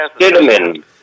cinnamon